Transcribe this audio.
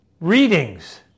Readings